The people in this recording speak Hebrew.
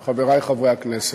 תודה רבה לך, חברי חברי הכנסת,